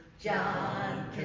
John